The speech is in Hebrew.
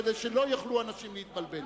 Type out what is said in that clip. כדי שלא יוכלו אנשים להתבלבל.